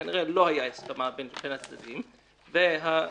כנראה שלא היתה הסכמה בין הצדדים וחברת